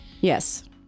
Yes